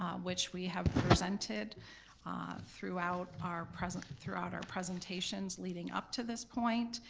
um which we have presented ah throughout our present, throughout our presentations leading up to this point.